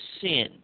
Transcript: sin